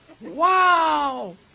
Wow